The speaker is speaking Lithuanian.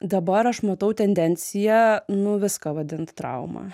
dabar aš matau tendenciją nu viską vadint trauma